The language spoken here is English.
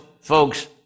folks